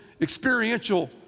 experiential